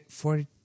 forty